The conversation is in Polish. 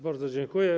Bardzo dziękuję.